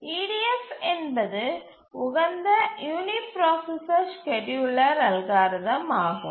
EDF என்பது உகந்த uniprocessor scheduler algorithm யாகும்